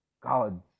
gods